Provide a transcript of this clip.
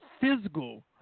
physical